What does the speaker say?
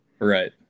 Right